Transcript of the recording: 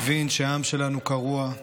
מבין שהעם שלנו קרוע,